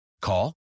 Call